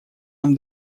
нам